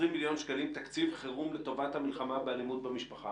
מיליון שקלים תקציב חירום לטובת המלחמה באלימות במשפחה".